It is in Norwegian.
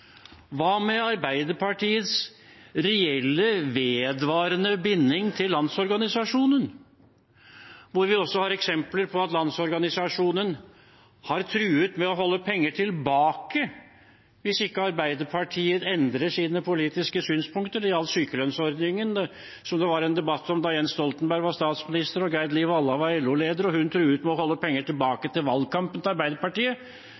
Hva med Arbeiderpartiets reelle, vedvarende binding til Landsorganisasjonen – hvor vi også har eksempler på at Landsorganisasjonen har truet med å holde penger tilbake hvis ikke Arbeiderpartiet endret sine politiske synspunkter? Det gjaldt sykelønnsordningen, som det var en debatt om da Jens Stoltenberg var statsminister og Gerd-Liv Valla var LO-leder, og hun truet med å holde tilbake penger til valgkampen til Arbeiderpartiet